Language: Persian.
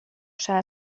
شتم